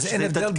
אז אין הבדל,